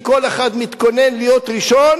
כי כל אחד מתכונן להיות ראשון,